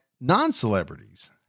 non-celebrities